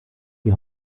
die